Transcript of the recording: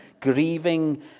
grieving